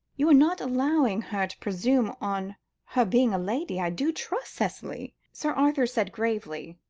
you are not allowing her to presume on her being a lady, i do trust, cicely? sir arthur said gravely.